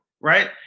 right